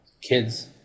kids